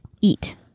eat